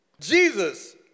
Jesus